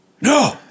No